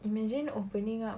imagine opening up